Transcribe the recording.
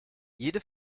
jede